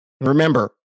Remember